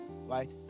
right